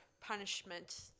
punishment